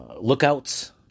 lookouts